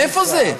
מאיפה זה?